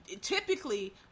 typically